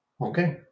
Okay